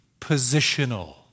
positional